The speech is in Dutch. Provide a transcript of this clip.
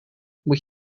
moet